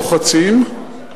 לוחצים,